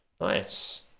Nice